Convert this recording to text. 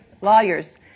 lawyers